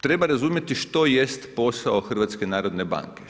Treba razumjeti što jest posao HNB-a.